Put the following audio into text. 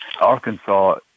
Arkansas